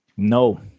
no